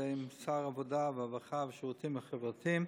זה עם שר העבודה והרווחה והשירותים החברתיים,